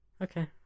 Okay